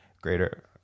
greater